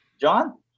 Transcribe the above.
John